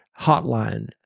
hotline